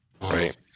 right